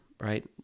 right